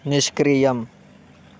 निष्क्रियम्